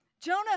Jonah